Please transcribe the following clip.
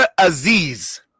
Aziz